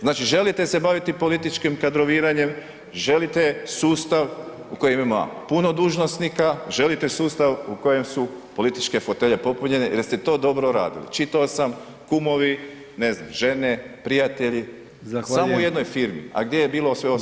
Znači, želite se baviti političkim kadroviranjem, želite sustav u kojem ima puno dužnosnika, želite sustav u kojem su političke fotelje popunjene jer ste to dobro radili, čitao sam kumovi ne znam žene, prijatelji [[Upadica: Zahvaljujem.]] samo u jednoj firmi, a gdje je bilo sve ostalo.